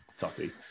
Totti